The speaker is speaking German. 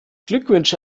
glückwünsche